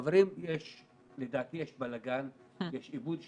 חברים, לדעתי, יש בלגן ואיבוד שליטה.